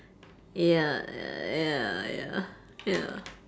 ya ya ya ya